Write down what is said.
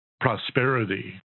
prosperity